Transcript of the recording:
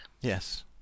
Yes